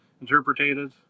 interpreted